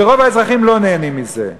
ורוב האזרחים לא נהנים מזה.